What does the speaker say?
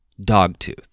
Dogtooth